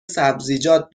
سبزیجات